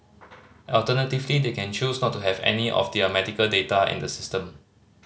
alternatively they can choose not to have any of their medical data in the system